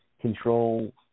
control